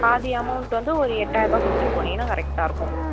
பாதி அமௌன்ட் வந்து ஒரு எட்டாயிரம் ரூபாய் கொடுத்துட்டு போனீங்கன்னால் கரெக்டாக இருக்கும்